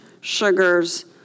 sugars